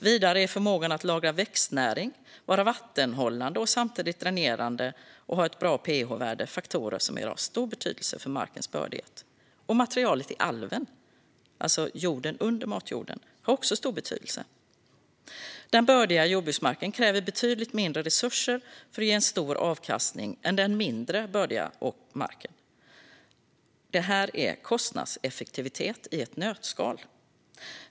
Vidare är förmågan att lagra växtnäring, vara vattenhållande och samtidigt dränerande och ha ett bra ph-värde faktorer som är av stor betydelse för markens bördighet. Materialet i alven, alltså jorden under matjorden, har också stor betydelse. Den bördiga jordbruksmarken kräver betydligt mindre resurser för att ge en stor avkastning än den mindre bördiga marken. Det här är kostnadseffektivitet i ett nötskal.